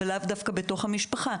אבל לאו דווקא בתוך המשפחה,